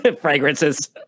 Fragrances